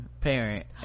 parent